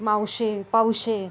मावशे Pawshe